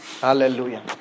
Hallelujah